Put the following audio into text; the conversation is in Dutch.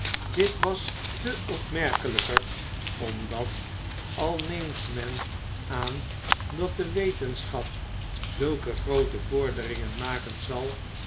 dit was te opmerkelijker omdat al neemt men aan dat de wetenschap zulke groote vorderingen maken zal